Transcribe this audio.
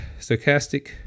stochastic